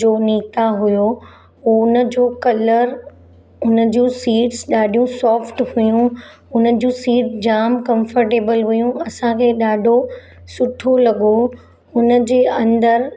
जो नीता हुओ उहो हुनजो कलर हुन जूं सीट्स ॾाढियूं सॉफ्ट हुयूं हुन जूं सीट जाम कम्फटेबल हुयूं असांखे ॾाढो सुठो लॻो हुनजे अंदरु